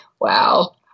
wow